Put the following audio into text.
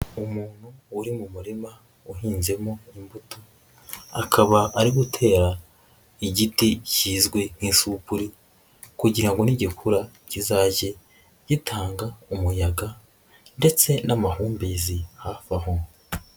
Umuntu uri mu murima uhinzemo imbuto, akaba ari gutera igiti kizwi nk'isupuri kugira ngo nigikura kizajye gitanga umuyaga ndetse n'amahumbezi hafi aho.